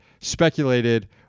speculated